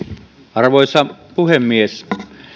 arvoisa puhemies